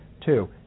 Two